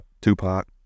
Tupac